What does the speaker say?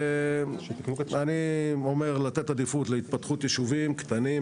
אני אומר לתת עדיפות להתפתחות ישובים קטנים,